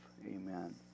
amen